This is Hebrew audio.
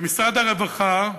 שמשרד הרווחה,